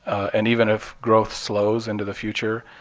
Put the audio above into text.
and even if growth slows into the future,